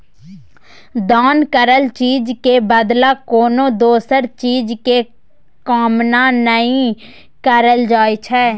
दान करल चीज के बदला कोनो दोसर चीज के कामना नइ करल जाइ छइ